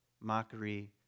mockery